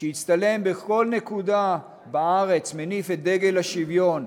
שהצטלם בכל נקודה בארץ מניף את דגל השוויון,